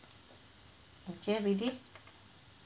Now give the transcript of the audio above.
okay ready